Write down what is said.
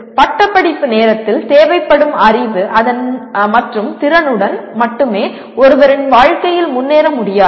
பட்டப்படிப்பு நேரத்தில் தேவைப்படும் அறிவு மற்றும் திறனுடன் மட்டுமே ஒருவரின் வாழ்க்கையில் முன்னேற முடியாது